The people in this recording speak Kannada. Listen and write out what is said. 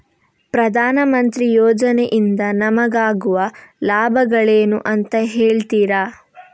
ಪ್ರಧಾನಮಂತ್ರಿ ಯೋಜನೆ ಇಂದ ನಮಗಾಗುವ ಲಾಭಗಳೇನು ಅಂತ ಹೇಳ್ತೀರಾ?